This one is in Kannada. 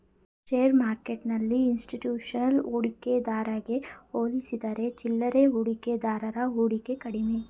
ಶೇರ್ ಮಾರ್ಕೆಟ್ಟೆಲ್ಲಿ ಇನ್ಸ್ಟಿಟ್ಯೂಷನ್ ಹೂಡಿಕೆದಾರಗೆ ಹೋಲಿಸಿದರೆ ಚಿಲ್ಲರೆ ಹೂಡಿಕೆದಾರರ ಹೂಡಿಕೆ ಕಡಿಮೆ